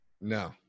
No